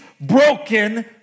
broken